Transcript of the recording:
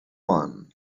one